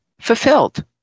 fulfilled